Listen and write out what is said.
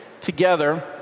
together